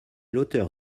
l’auteur